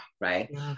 right